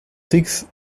six